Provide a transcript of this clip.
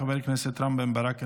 חבר הכנסת עופר כסיף,